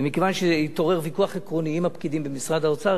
ומכיוון שהתעורר ויכוח עקרוני עם הפקידים במשרד האוצר,